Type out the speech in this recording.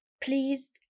Please